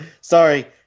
sorry